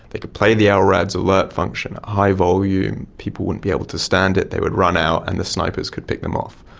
they could play the ah lrad's alert function high volume, people wouldn't be able to stand it, they would run out and the snipers could pick them off.